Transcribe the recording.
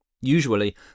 Usually